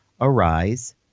Arise